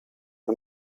the